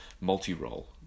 multi-role